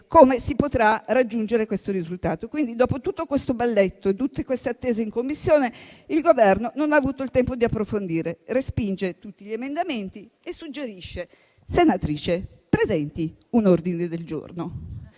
come si potrà raggiungere questo risultato. Dopo tutto questo balletto, tutte queste attese in Commissione, il Governo non ha avuto il tempo di approfondire, respinge tutti gli emendamenti e suggerisce: senatrice, presenti un ordine del giorno.